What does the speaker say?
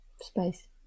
space